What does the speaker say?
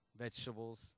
vegetables